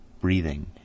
breathing